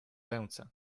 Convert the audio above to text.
ręce